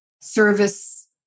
service